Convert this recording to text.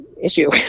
issue